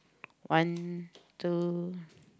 one two